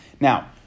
Now